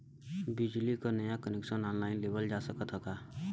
बिजली क नया कनेक्शन ऑनलाइन लेवल जा सकत ह का?